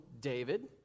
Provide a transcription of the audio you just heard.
David